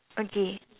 okay